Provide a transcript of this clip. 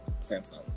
Samsung